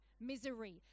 Misery